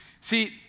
See